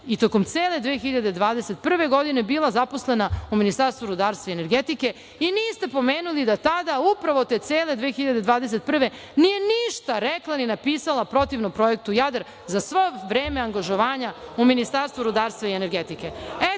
i tokom cele 2021. godine bila zaposlena u Ministarstvu rudarstva i energetike i niste pomenuli da tada, upravo te cele 2021. godine nije ništa rekla ni napisala protivno projektu Jadar za svo vreme angažovanja u Ministarstvu rudarstva i energetike.